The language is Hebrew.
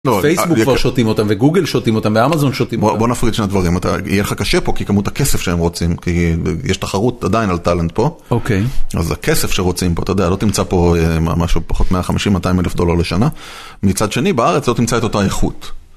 פייסבוק כבר שותים אותם, וגוגל שותים אותם, ואמזון שותים אותם. בוא נפריד שני דברים. יהיה לך קשה פה, כי כמות הכסף שהם רוצים, כי יש תחרות עדיין על טלאנט פה. אוקיי. אז הכסף שרוצים פה, אתה יודע, לא תמצא פה משהו פחות מ-150,000 ,200,000 דולר לשנה. מצד שני, בארץ לא תמצא את אותה איכות.